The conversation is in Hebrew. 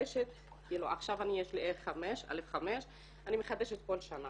עכשיו יש לי א5, אני מחדשת כל שנה,